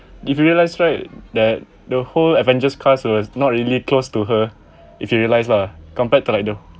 if you realize right that the whole avengers cast was not really close to her if you realise lah compared to like the